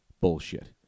Bullshit